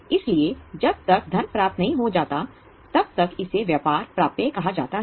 इसलिए जब तक धन प्राप्त नहीं हो जाता तब तक इसे व्यापार प्राप्य कहा जाता है